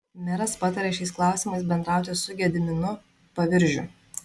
meras patarė šiais klausimais bendrauti su gediminu paviržiu